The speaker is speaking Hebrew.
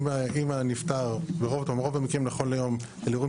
אם הנפטר ברוב המקרים נכון להיום אלו אירועים